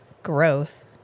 growth